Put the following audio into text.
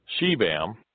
Shebam